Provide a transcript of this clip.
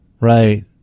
Right